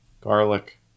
garlic